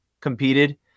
competed